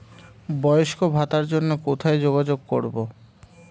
বয়স্ক ভাতার জন্য কোথায় যোগাযোগ করব?